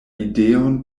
ideon